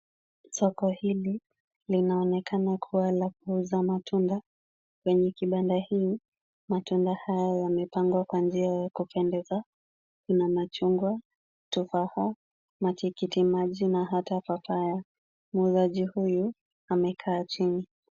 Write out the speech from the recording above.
Soko hili linaonekana kuwa la kuuza matunda. Kwenye kibanda hii matunda hayo yamepangwa kwa njia ya kupendeza. Ina machungwa, tufaha na tikiti maji na hata papaya. Muuzaji huyu amekaa chini.